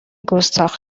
گستاخ